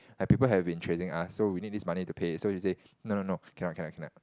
like people have been chasing us so we need this money to pay so we say no no no cannot cannot cannot